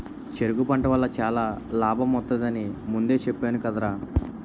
చెరకు పంట వల్ల చాలా లాభమొత్తది అని ముందే చెప్పేను కదరా?